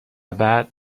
بعد